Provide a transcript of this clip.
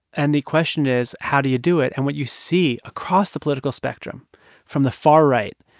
and the question is, how do you do it? and what you see across the political spectrum from the far right,